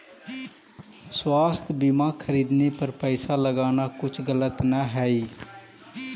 स्वास्थ्य बीमा खरीदने पर पैसा लगाना कुछ गलत न हई